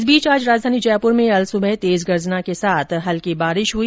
इस बीच आज राजधानी जयपुर में अलसुबह तेज गर्जना के साथ हल्की बारिश हुई